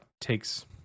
takes